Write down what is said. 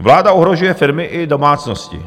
Vláda ohrožuje firmy i domácnosti.